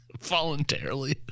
Voluntarily